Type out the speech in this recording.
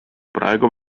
praegu